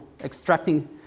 extracting